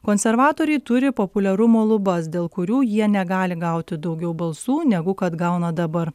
konservatoriai turi populiarumo lubas dėl kurių jie negali gauti daugiau balsų negu kad gauna dabar